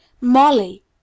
Molly